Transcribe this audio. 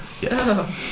Yes